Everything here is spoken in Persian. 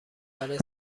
برای